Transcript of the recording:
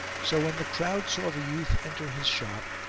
so when the crowd saw the youth enter his shop,